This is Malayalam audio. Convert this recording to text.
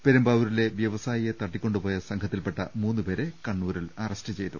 പെരുമ്പാവൂരില്ലെ വൃവസായിലെ തട്ടിക്കൊണ്ടുപോയ സംഘ ത്തിൽ പ്പെട്ട മൂന്ന് പേരെ കണ്ണൂരിൽ അറസ്റ്റ് ചെയ്തു